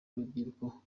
urubyiruko